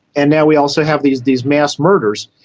and now we also have these these mass murders,